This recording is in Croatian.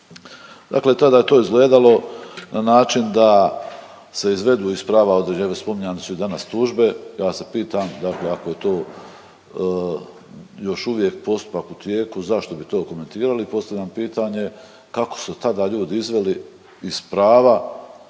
Dakle tada je to izgledalo na način da se izvedu iz prava određeni, spominjane su i danas tužbe, ja se pitam dakle ako je to još uvijek postupak u tijeku zašto bi to komentirali, postavljam pitanje kako su tada ljudi izveli iz prava